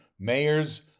mayors